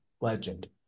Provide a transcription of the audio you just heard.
legend